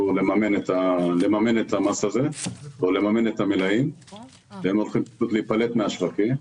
לממן את המס הזה או את המלאים והם ייפלטו מהשווקים.